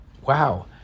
Wow